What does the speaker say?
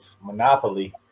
Monopoly